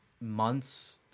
months –